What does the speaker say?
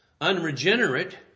unregenerate